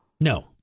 No